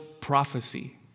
prophecy